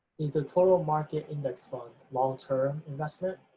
is the total market index fund a long-term investment?